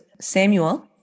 Samuel